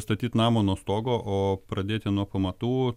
statyt namą nuo stogo o pradėti nuo pamatų